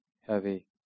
heavy